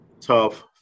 tough